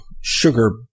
sugar